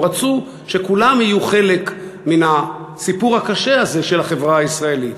הם רצו שכולם יהיו חלק מן הסיפור הקשה הזה של החברה הישראלית,